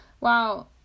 Wow